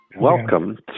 welcome